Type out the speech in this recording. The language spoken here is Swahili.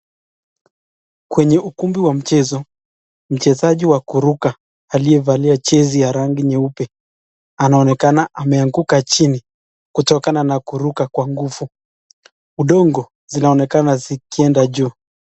Kwenye ukumbi wa mchezo ,mchezaji wa kuruka aliyevalia jezi ya rangi nyeupe ,anaonekana ameanguka chini kutokana na kuruka kwa nguvu udongo zinaonekana zikienda juu.